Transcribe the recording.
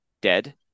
dead